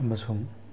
ꯑꯃꯁꯨꯡ